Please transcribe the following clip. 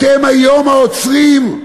אתם היום האוצרים,